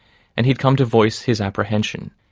and he'd come to voice his apprehension.